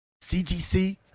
CGC